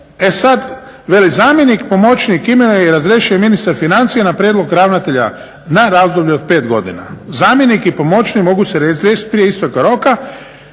E sad veli zamjenik pomoćnik imenuje i razrješuje ministar financija na prijedlog ravnatelja na razdoblje od 5 godina. Zamjenik i pomoćnik mogu se razriješit prije isteka roka